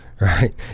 Right